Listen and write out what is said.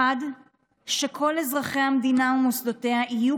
1. שכל אזרחי המדינה ומוסדותיה יהיו